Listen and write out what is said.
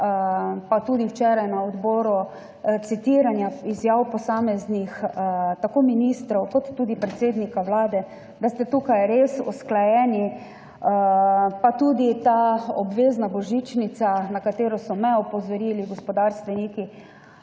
pa tudi včeraj na odboru citiranja izjav posameznih ministrov kot tudi predsednika vlade, da ste tukaj res usklajeni. Pa tudi ta obvezna božičnica, na katero so me opozorili gospodarstveniki.